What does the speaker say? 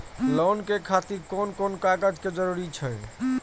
Loan के खातिर कोन कोन कागज के जरूरी छै?